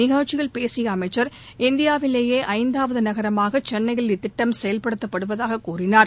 நிகழ்ச்சியில் பேசிய அமைச்சர் இந்தியாவிலேயே ஐந்தாவது நகரமாக சென்னையில் இத்திட்டம் செயல்படுத்தப்படுவதாக கூறினார்